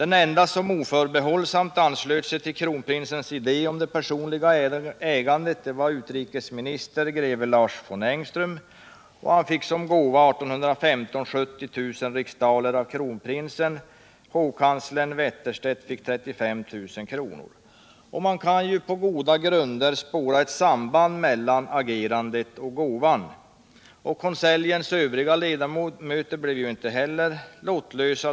Den ende som oförbehållsamt anslöt sig till kronprinsens idé om det personliga ägandet var utrikesministern, greve Lars von Engeström. 1815 fick han som gåva 70 000 riksdaler av kronprinsen, och hovkanslern Gustaf af Wetterstedt fick 35 000. Man kan på goda grunder spåra ett samband mellan agerandet och gåvan. Konseljens övriga ledamöter blev inte heller lottlösa.